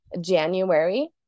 January